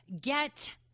get